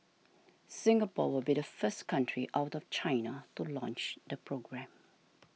Singapore will be the first country out of China to launch the programme